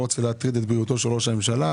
רוצה להטריד את בריאותו של ראש הממשלה,